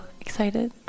excited